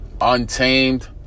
Untamed